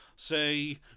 Say